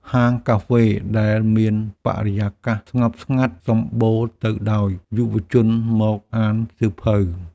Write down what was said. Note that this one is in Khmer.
ហាងកាហ្វេដែលមានបរិយាកាសស្ងប់ស្ងាត់សម្បូរទៅដោយយុវជនមកអានសៀវភៅ។